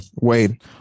Wade